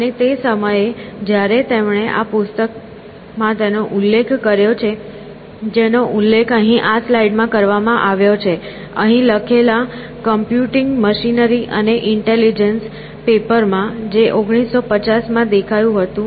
અને તે સમયે જ્યારે તેમણે આ પુસ્તકમાં તેનો ઉલ્લેખ કર્યો છે જેનો ઉલ્લેખ અહીં આ સ્લાઇડમાં કરવામાં આવ્યો છે અહીં લખેલા "કોમ્પ્યુટિંગ મશીનરી અને intelligence" "Computing Machinery and Intelligence" paper માં જે 1950 માં દેખાયું હતું